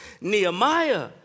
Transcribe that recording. Nehemiah